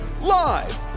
live